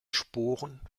sporen